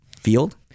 field